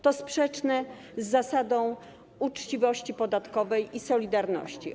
To sprzeczne z zasadą uczciwości podatkowej i solidarności.